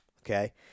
okay